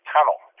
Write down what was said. Tunnel